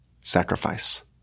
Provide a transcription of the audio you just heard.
sacrifice